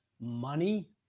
money